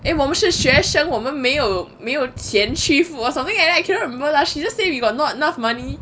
eh 我们是学生我们没有没有钱去付 or something and I cannot remember lah she just say we got not enough money